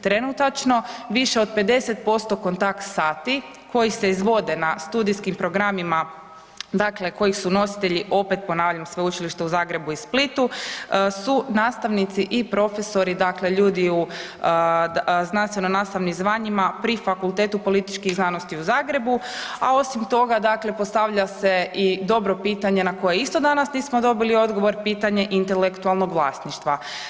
Trenutačno, više od 50% kontakt sati koji se izvode na studijskim programima, dakle kojih su nositelji, opet ponavljam, Sveučilište u Zagrebu i Splitu, su nastavnici i profesori, dakle ljudi u znanstveno nastavnim zvanjima pri Fakultetu političkih znanosti u Zagrebu, a osim toga, dakle postavlja se i dobro pitanje na koje isto danas nismo dobili odgovor, pitanje intelektualnog vlasništva.